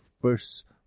first